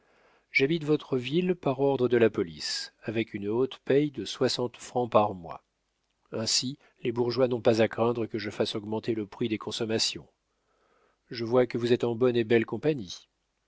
j'habite votre ville par ordre de la police avec une haute paye de soixante francs par mois ainsi les bourgeois n'ont pas à craindre que je fasse augmenter le prix des consommations je vois que vous êtes en bonne et belle compagnie